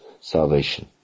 salvation